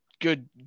good